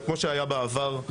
כמו שהיה בעבר,